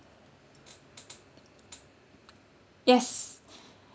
yes